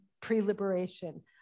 pre-liberation